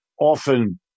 often